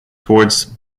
towards